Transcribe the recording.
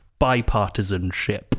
bipartisanship